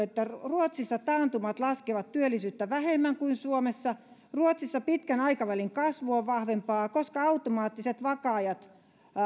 muun muassa nämä ruotsissa taantumat laskevat työllisyyttä vähemmän kuin suomessa ruotsissa pitkän aikavälin kasvu on vahvempaa koska automaattiset vakaajat